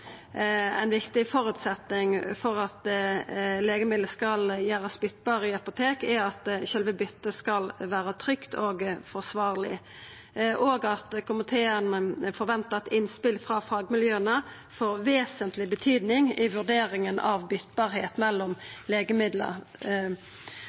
ein viktig føresetnad for at legemiddel skal gjerast bytbare i apotek, er at sjølve bytet skal vera trygt og forsvarleg, og at komiteen forventar at innspel frå fagmiljøa får vesentleg betyding i vurderinga av